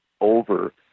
over